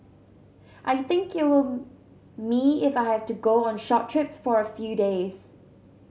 I think it will me if I have to go on short trips for a few days